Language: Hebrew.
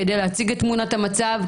כדי להציג את תמונת המצב,